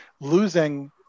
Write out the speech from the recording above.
losing